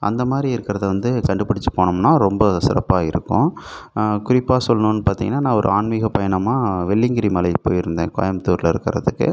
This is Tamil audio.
அந்தமாதிரி இருக்கிறத வந்து கண்டுபுடுச்சு போனோம்னால் ரொம்ப சிறப்பாக இருக்கும் குறிப்பாக சொல்லனுன்னு பார்த்திங்கன்னா நான் ஒரு ஆன்மீக பயணமாக வெள்ளிங்கிரி மலைக்கு போயிருந்தேன் கோயம்பத்தூரில் இருக்கிறதுக்கு